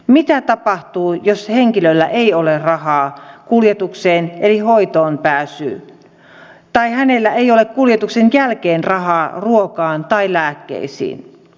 mitä tapahtuu jos henkilöllä ei ole rahaa kuljetukseen eli hoitoon pääsyyn tai hänellä ei ole kuljetuksen jälkeen rahaa ruokaan tai lääkkeisiin